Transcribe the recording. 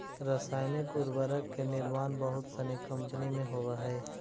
रसायनिक उर्वरक के निर्माण बहुत सनी कम्पनी में होवऽ हई